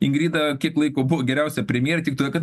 ingrida kiek laiko buvo geriausia premjerė tik todėl kad